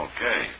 Okay